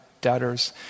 debtors